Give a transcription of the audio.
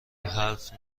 حرف